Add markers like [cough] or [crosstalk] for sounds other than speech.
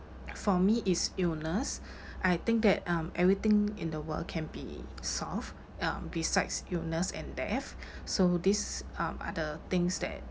for me is illness [breath] I think that um everything in the world can be solved um besides illness and death [breath] so these um are the things that